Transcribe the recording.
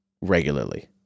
regularly